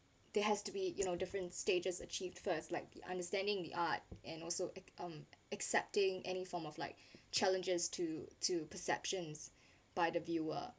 there has to be you know different stages achieved first like the understanding the art and also um accepting any form of like challenges to to perceptions by the viewer